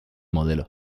modelo